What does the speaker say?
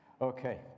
Okay